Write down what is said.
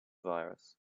virus